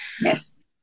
Yes